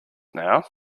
now